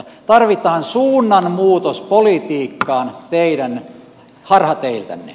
tarvitaan suunnanmuutos politiikkaan teidän harhateiltänne